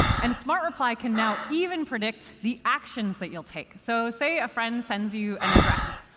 and smart reply can now even predict the actions that you'll take. so say a friend sends you an address.